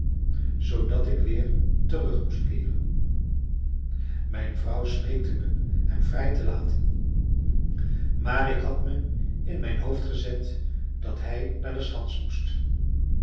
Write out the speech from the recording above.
zoodat ik weer terug moest keeren mijn vrouw smeekte me hem vrij te laten maar ik had me in mijn hoofd gezet dat hij naar de schans moest